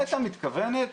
נת"ע מתכוונת